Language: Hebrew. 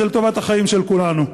זה לטובת החיים של כולנו.